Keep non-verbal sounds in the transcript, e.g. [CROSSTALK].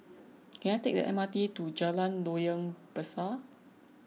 [NOISE] can I take the M R T to Jalan Loyang Besar